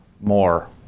more